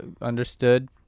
understood